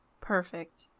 Perfect